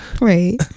right